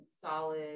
solid